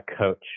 coach